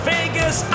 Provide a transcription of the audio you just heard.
Vegas